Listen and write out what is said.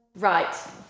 Right